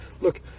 look